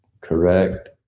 Correct